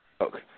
Okay